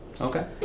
Okay